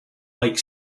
like